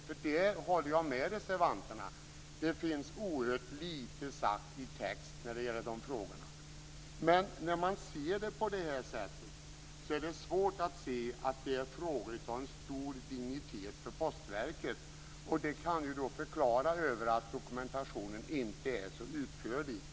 Där håller jag med reservanterna. Det är oerhört litet sagt i texten i de frågorna. Men när man ser det på det här sättet är det svårt att se att det gäller frågor av stor dignitet för Postverket. Det kan förklara att dokumentationen inte är så utförlig. Tack!